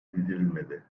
bildirilmedi